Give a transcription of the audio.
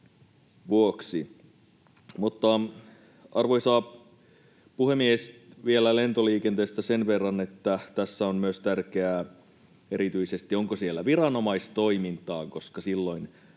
Arvoisa puhemies! Vielä lentoliikenteestä sen verran, että tässä on myös tärkeää erityisesti se, onko siellä viranomaistoimintaa, koska silloin